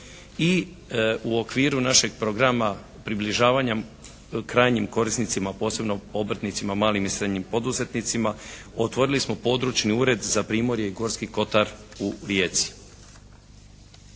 i u okviru našeg programa približavanja krajnjim korisnicima, posebnom obrtnicima, malim i srednjim poduzetnicima otvorili smo područni ured za primorje i Gorski kotar u Rijeci.